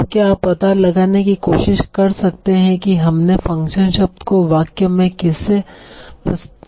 तो क्या आप पता लगाने की कोशिश कर सकते हैं कि हमने फंक्शन शब्द को वाक्य में किससे प्रतिस्थापित किया है